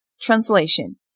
Translation